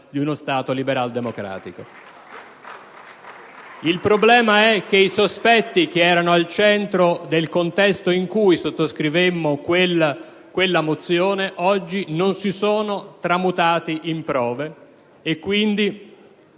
*(Applausi dal Gruppo PdL).* Il problema è che i sospetti che erano al centro del contesto in cui sottoscrivemmo quella mozione oggi non si sono tramutati in prove e, quindi,